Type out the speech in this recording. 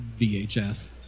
VHS